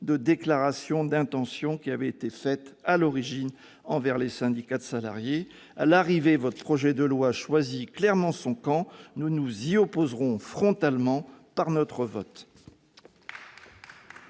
des déclarations d'intention que vous aviez faites, à l'origine, à l'attention des syndicats de salariés. À l'arrivée, votre projet de loi choisit clairement son camp ; nous nous y opposerons frontalement par notre vote